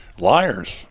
liars